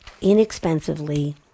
inexpensively